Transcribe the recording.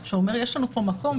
שאומר: יש לנו פה מקום,